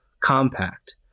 compact